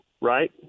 right